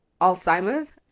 Alzheimer's